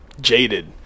Jaded